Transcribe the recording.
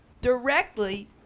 directly